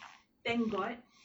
thank god